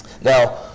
Now